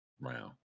round